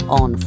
on